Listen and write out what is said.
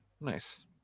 nice